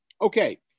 Okay